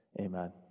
Amen